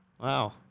Wow